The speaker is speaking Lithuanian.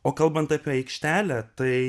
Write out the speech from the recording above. o kalbant apie aikštelę tai